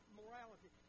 morality